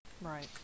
right